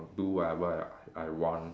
do whatever I I want